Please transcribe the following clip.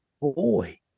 Boy